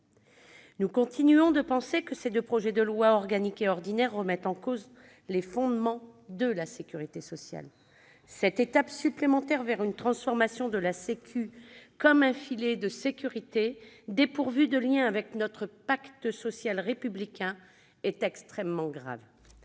Nous continuons à penser que ces deux projets de loi, organique et ordinaire, remettent en cause les fondements de la sécurité sociale. Cette étape supplémentaire vers une transformation de la « sécu » en filet de sécurité dépourvu de lien avec notre pacte social républicain est extrêmement grave.